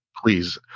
please